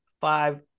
five